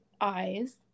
eyes